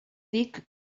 dic